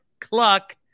cluck